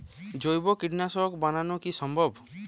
জৈব কীটনাশক বানানো কি সম্ভব?